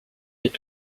est